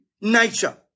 nature